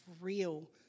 real